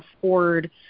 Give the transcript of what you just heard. afford